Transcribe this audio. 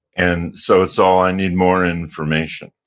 and so so i need more information